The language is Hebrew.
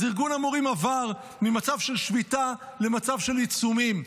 אז ארגון המורים עבר ממצב של שביתה למצב של עיצומים.